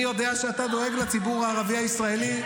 אני יודע שאתה דואג לציבור הערבי-ישראלי,